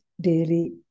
daily